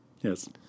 Yes